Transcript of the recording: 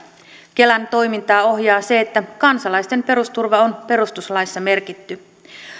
kelan toimintaa ohjaa se että kansalaisten perusturva on perustuslaissa merkitty